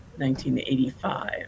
1985